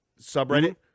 subreddit